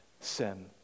sin